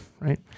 right